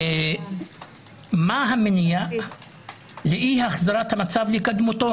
מה המניע לאי החזרת המצב לקדמותו.